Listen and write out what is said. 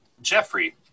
Jeffrey